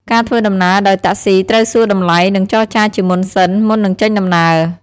ការធ្វើដំណើរដោយតាក់ស៊ីត្រូវសួរតម្លៃនិងចរចាជាមុនសិនមុននឹងចេញដំណើរ។